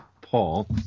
Paul